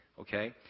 okay